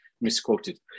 misquoted